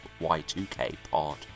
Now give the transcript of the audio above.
y2kpod